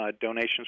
donations